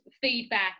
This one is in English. feedback